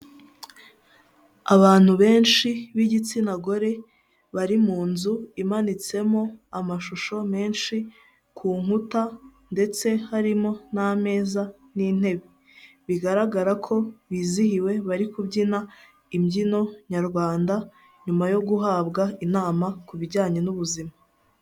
Abantu benshi b'igitsina gore bari mu nzu imanitsemo amashusho menshi ku nkuta ndetse harimo n'ameza n'intebe, bigaragara ko bizihiwe bari kubyina imbyino nyarwanda nyuma yo guhabwa inama ku bijyanye n'ubuzima.